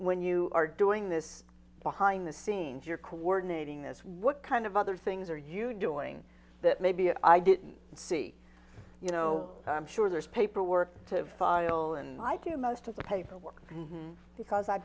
when you are doing this behind the scenes you're coordinating this what kind of other things are you doing that maybe i didn't see you know i'm sure there's paperwork to go and i do most of the paperwork and because i've